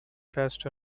pests